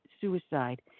suicide